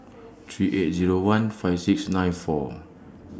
three eight Zero one five six nine four